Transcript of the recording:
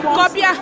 copy